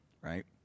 right